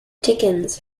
dickens